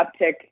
uptick